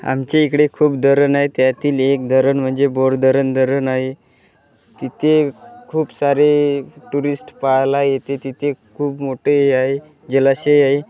आमच्या इकडे खूप धरण आहे त्यातील एक धरण म्हणजे बोर धरण धरण आहे तिथे खूप सारे टुरिस्ट पाहायला येते तिथे खूप मोठे हे आहे जलाशय आहे